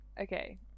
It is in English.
okay